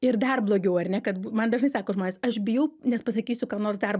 ir dar blogiau ar ne kad man dažnai sako žmonės aš bijau nes pasakysiu ką nors dar